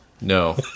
No